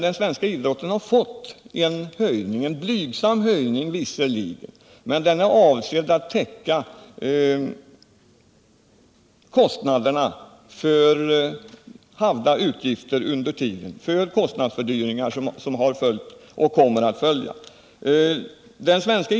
Den svenska idrotten har fått en visserligen blygsam höjning av anslaget, men det är avsett att täcka kostnadshöjningar som inträffat och som kommer att följa.